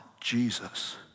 Jesus